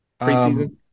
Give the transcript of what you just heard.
preseason